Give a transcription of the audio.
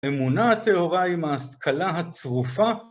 האמונה הטהורה עם ההשכלה הצרופה.